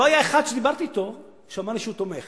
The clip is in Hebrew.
לא היה אחד שדיברתי אתו שאמר לי שהוא תומך.